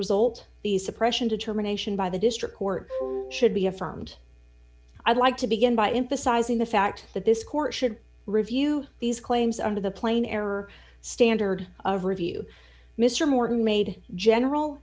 result the suppression determination by the district court should be affirmed i'd like to begin by emphasizing the fact that this court should review these claims under the plain error standard of review mr morton made general